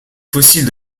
fossiles